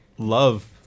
love